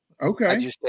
Okay